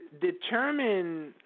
determine